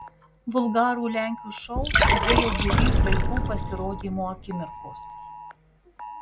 vulgarų lenkių šou stebėjo būrys vaikų pasirodymo akimirkos